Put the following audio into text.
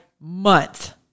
Month